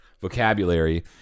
vocabulary